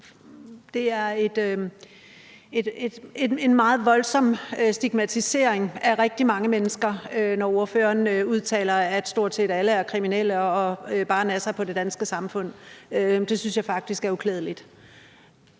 det er en meget voldsom stigmatisering af rigtig mange mennesker, når ordføreren udtaler, at stort set alle er kriminelle og bare nasser på det danske samfund. Det synes jeg faktisk er uklædeligt.